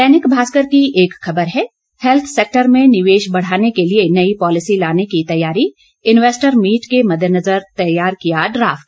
दैनिक भास्कर की एक खबर है हेल्थ सेक्टर में निवेश बढ़ाने के लिए नई पॉलिसी लाने की तैयारी इन्वेस्टर मीट के मददेनजर तैयार किया ड्राफ्ट